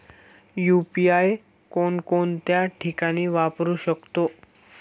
UPI कोणकोणत्या ठिकाणी वापरू शकतो?